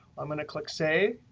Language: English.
i'm going to click save.